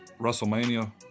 WrestleMania